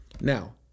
Now